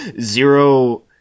zero